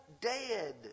dead